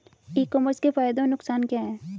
ई commerce के फायदे और नुकसान क्या हैं?